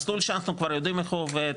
מסלול שאנחנו יודעים איך הוא עובד,